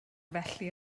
felly